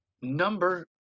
number